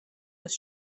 was